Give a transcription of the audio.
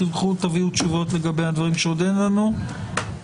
תביאו תשובות לגבי הדברים שעוד אין לנו ואז